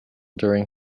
during